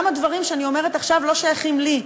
גם הדברים שאני אומרת עכשיו לא שייכים לי,